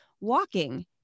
walking